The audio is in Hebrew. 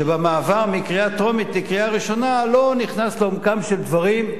שבמעבר מקריאה טרומית לקריאה ראשונה אני לא נכנס לעומקם של דברים,